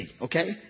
okay